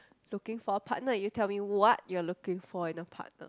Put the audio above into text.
looking for a partner you tell me what you are looking for in a partner